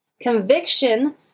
Conviction